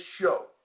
show